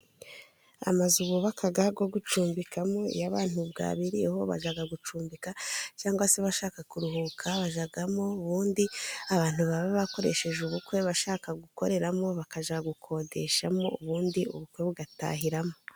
Amazu bubaka yo gucumbikamo iyo abantu bwabiriyeho bajya gucumbika, cyangwa se bashaka kuruhuka bajyamo, ubundi abantu baba bakoresheje ubukwe bashaka gukoreramo bakajya gukodeshamo ubundi ubukwe bugatahiramo.